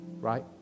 Right